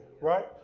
right